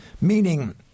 Meaning